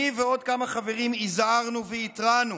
אני ועוד כמה חברים הזהרנו והתרענו